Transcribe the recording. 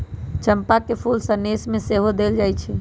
चंपा के फूल सनेश में सेहो देल जाइ छइ